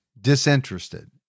disinterested